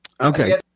okay